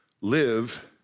live